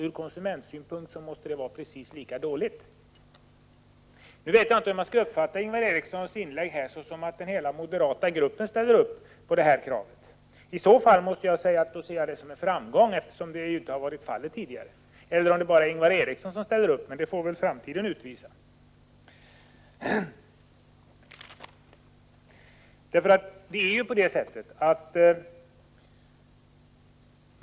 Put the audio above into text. Ur konsumentsynpunkt är det precis lika illa. Jag vet inte om man skall uppfatta Ingvar Erikssons inlägg här så, att hela den moderata gruppen ställer sig bakom det krav han framförde. Om det är så ser jag det som en framgång, eftersom det inte varit fallet tidigare. Framtiden får väl utvisa om det är samtliga moderater eller bara Ingvar Eriksson som ställer upp på detta.